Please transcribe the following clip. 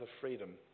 freedom